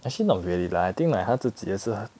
actually not really lah I think like 她自己也是她